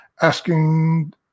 asking